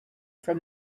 from